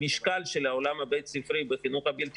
המשקל של העולם הבית ספרי בחינוך הבלתי